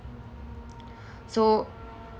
so